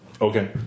Okay